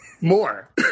more